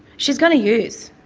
she's going to use.